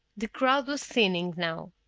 the crowd was thinning now.